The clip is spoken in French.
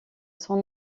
son